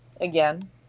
again